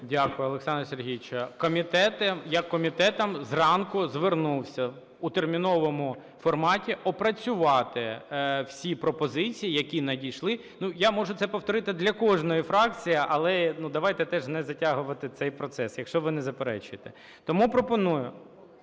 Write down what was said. Дякую, Олександр Сергійович. Комітети, я к комітетам зранку звернувся у терміновому форматі опрацювати всі пропозиції, які надійшли. Ну я можу це повторити для кожної фракції, але давайте теж не затягувати цей процес, якщо ви не заперечуєте. Тому пропоную…